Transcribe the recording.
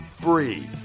free